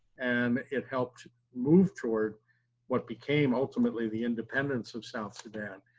and it helped moved toward what became ultimately the independence of south sudan.